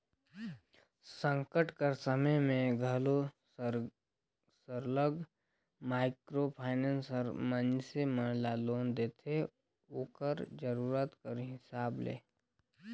संकट कर समे में घलो सरलग माइक्रो फाइनेंस हर मइनसे मन ल लोन देथे ओकर जरूरत कर हिसाब ले